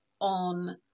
on